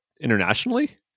internationally